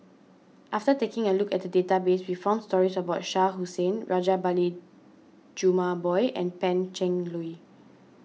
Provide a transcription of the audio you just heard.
after taking a look at the database we found stories about Shah Hussain Rajabali Jumabhoy and Pan Cheng Lui